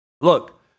Look